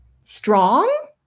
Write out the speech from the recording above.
strong